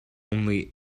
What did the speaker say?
only